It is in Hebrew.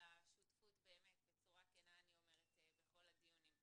השותפות בכל הדיונים ואני אומרת את זה בכנות.